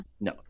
No